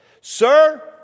Sir